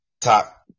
top